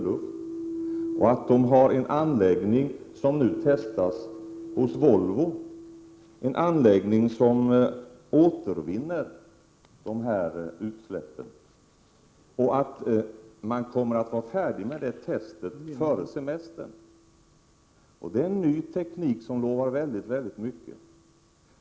luft, att man har en anläggning som nu testas hos Volvo och som återvinner utsläppen samt att man kommer att vara färdig med testet före semestern. Det är en ny teknik som lovar väldigt mycket.